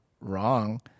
wrong